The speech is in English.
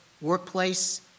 workplace